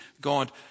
God